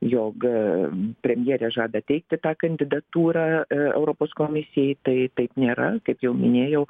jog aaa premjerė žada teikti tą kandidatūrą europos komisijai tai taip nėra kaip jau minėjau